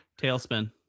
Tailspin